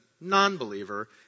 non-believer